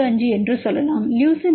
85 என்று சொல்லலாம் லியூசின் 15